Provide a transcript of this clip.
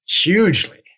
hugely